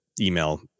email